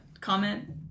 comment